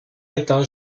étant